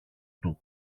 του